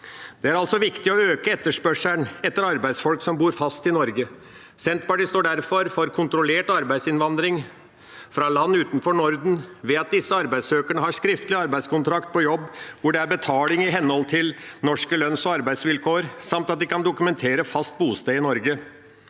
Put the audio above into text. Det er viktig å øke etterspørselen etter arbeidsfolk som bor fast i Norge. Senterpartiet står derfor for kontrollert arbeidsinnvandring fra land utenfor Norden, ved at disse arbeidssøkerne har skriftlig arbeidskontrakt på jobb hvor det er betaling i henhold til norske lønns- og arbeidsvilkår, samt at de kan dokumentere fast bosted i Norge.